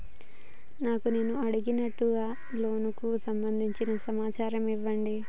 నాకు నేను అడిగినట్టుగా లోనుకు సంబందించిన సమాచారం ఇయ్యండి?